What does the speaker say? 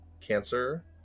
Cancer